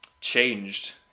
changed